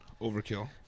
Overkill